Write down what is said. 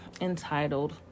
entitled